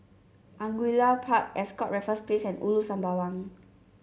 Angullia Park Ascott Raffles Place and Ulu Sembawang